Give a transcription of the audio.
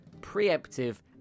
preemptive